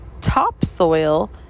topsoil